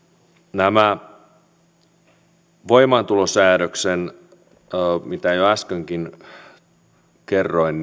tulee tähän voimaantulosäädökseen mistä jo äskenkin kerroin